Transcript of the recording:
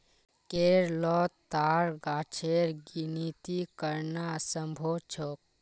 केरलोत ताड़ गाछेर गिनिती करना असम्भव छोक